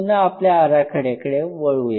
पुन्हा आपल्या आराखड्याकडे वळूया